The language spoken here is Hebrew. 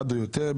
אחד או יותר,